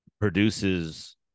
produces